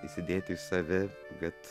įsidėti į save kad